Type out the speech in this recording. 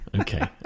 okay